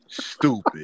stupid